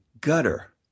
gutter